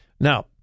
Now